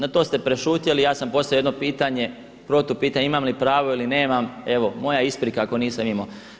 No to ste prešutjeli, ja sam postavio jedno protupitanje imam li pravo ili nemam, evo moja isprika ako nisam imao.